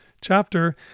chapter